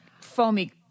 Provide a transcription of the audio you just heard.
foamy